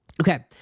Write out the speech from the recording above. Okay